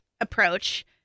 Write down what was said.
approach